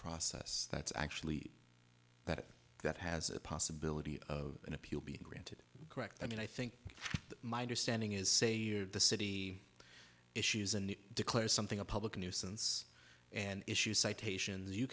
process that's actually that that has a possibility of an appeal being granted correct i mean i think my understanding is say year the city issues and declare something a public nuisance and issue citations you